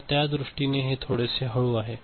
तर त्या दृष्टीने हे थोडेसे हळू आहे